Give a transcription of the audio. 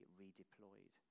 redeployed